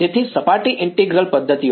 તેથી સપાટી ઈન્ટીગ્રલ પદ્ધતિઓ